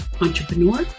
entrepreneur